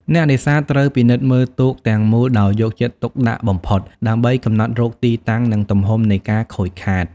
អ្នកនេសាទត្រូវពិនិត្យមើលទូកទាំងមូលដោយយកចិត្តទុកដាក់បំផុត ដើម្បីកំណត់រកទីតាំងនិងទំហំនៃការខូចខាត។